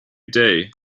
day